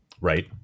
right